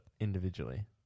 individually